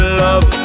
love